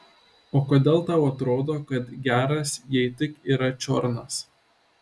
o kodėl tau atrodo kad geras jei tik yra čiornas